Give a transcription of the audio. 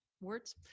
words